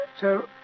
Sir